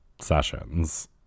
sessions